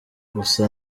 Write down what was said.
gusa